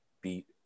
beat